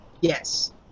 Yes